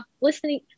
listening